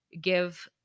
give